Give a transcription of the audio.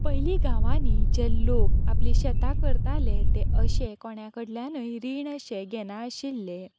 पयली गांवांनी जे लोक आपली शेतां करताले ते अशे कोणा कडल्यानय रीण अशे घेनाशिल्ले